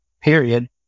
period